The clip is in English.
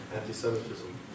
anti-Semitism